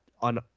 on